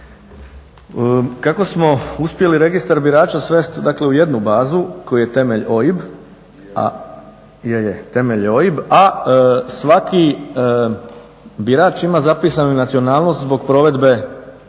Kako smo uspjeli registar birača svesti, dakle u jednu bazu kojoj je temelj OIB, je, je, temelj je OIB, a svaki birač ima zapisanu nacionalnost zbog provedbe